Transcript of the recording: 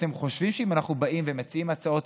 אתם חושבים שאם אנחנו באים ומציעים הצעות